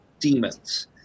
demons